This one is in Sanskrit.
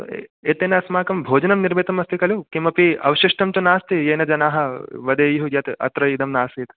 एतेन अस्माकं भोजनं निर्मितमस्ति खलु किमपि अवशिष्टं तु नास्ति येन जनाः वदेयुः यत् अत्र इदं नासीत्